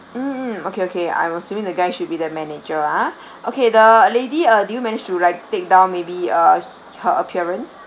mm okay okay I am assuming the guy should be their manager ah okay the lady ah do you manage to like take down maybe uh her appearance